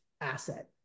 asset